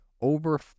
over